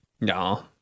no